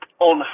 on